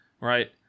right